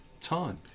time